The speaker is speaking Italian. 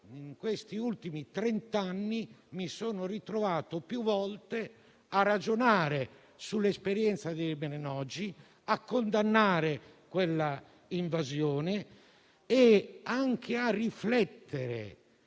in questi ultimi trent'anni mi sono ritrovato più volte a ragionare sull'esperienza di Imre Nagy, a condannare quell'invasione e anche a riflettere.